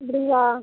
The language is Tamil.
அப்படிங்களா